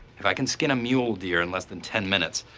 if i can skin a mule deer in less than ten minutes,